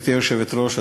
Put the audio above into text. גברתי היושבת-ראש,